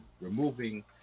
Removing